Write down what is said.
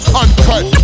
uncut